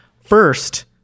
First